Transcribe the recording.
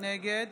נגד